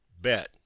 bet